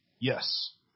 yes